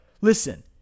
Listen